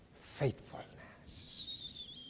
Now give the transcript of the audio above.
faithfulness